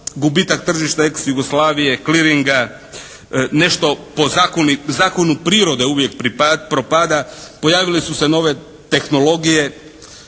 gubitak tržišta ex Jugoslavije, kliringa. Nešto po zakonu prirode uvijek propada. Pojavile su se nove tehnologije